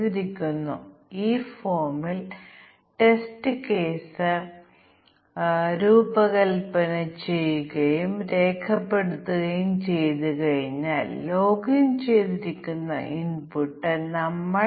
എല്ലാ പ്രോഗ്രാമുകളിലും ബാധകമായ പരാജയത്തിന്റെ പൊതുവായ അപകടസാധ്യതയാണ് ഒന്ന് ഈ പ്രത്യേക മൂല്യത്തിന്റെ പേര് അതിർത്തി മൂല്യമാണ്